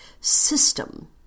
system